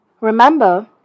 Remember